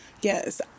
Yes